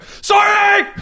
sorry